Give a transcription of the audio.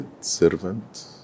servant